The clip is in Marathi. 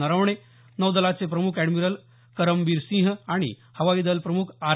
नरवणे नौदलाचे प्रम्ख अॅडमिरल करमबीर सिंह आणि हवाईदल प्रमुख आर